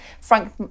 Frank